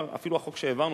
אפילו החוק שהעברנו,